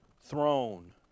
throne